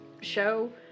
show